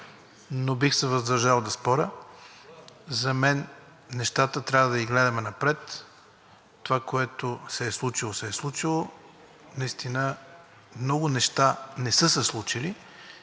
но бих се въздържал да споря. За мен нещата трябва да ги гледаме напред. Това, което се е случило, се е случило. Наистина много неща не са се случили